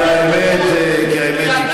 אתה יכול לצעוק,